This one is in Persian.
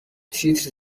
تیتر